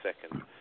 second